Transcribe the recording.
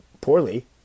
poorly